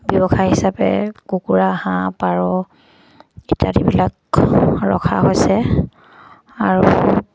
ব্যৱসায় হিচাপে কুকুৰা হাঁহ পাৰ ইত্যাদিবিলাক ৰখা হৈছে আৰু